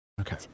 Okay